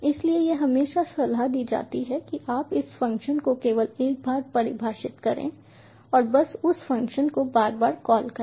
इसलिए यह हमेशा सलाह दी जाती है कि आप उस फ़ंक्शन को केवल एक बार परिभाषित करें और बस उस फ़ंक्शन को बार बार कॉल करें